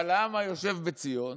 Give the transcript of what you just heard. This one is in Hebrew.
אבל העם היושב בציון,